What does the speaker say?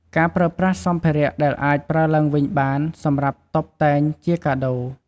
ការប្រើប្រាស់សម្ភារៈដែលអាចប្រើឡើងវិញបានសម្រាប់តុបតែងជាកាដូរ។